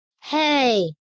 Hey